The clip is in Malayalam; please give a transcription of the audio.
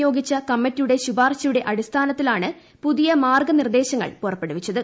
നിയോഗിച്ചു കമ്മിറ്റിയുടെ ശുപാർശയുടെ അടിസ്ഥാനത്തിലാണ് പുതിയ മാർഗ്ഗ നിർദ്ദേശങ്ങൾ പുറപ്പെടുവിച്ചത്